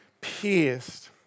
pierced